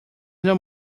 not